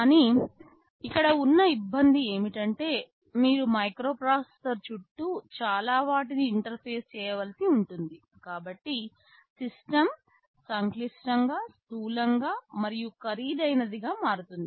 కానీ ఇక్కడ ఉన్న ఇబ్బంది ఏమిటంటే మీరు మైక్రోప్రాసెసర్ చుట్టూ చాలా వాటిని ఇంటర్ఫేస్ చేయవలసి ఉంటుంది కాబట్టి సిస్టమ్ సంక్లిష్టంగా స్థూలంగా మరియు ఖరీదైనదిగా మారుతుంది